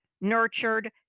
nurtured